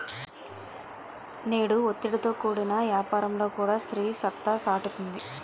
నేడు ఒత్తిడితో కూడిన యాపారంలో కూడా స్త్రీ సత్తా సాటుతుంది